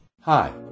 hi